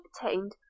obtained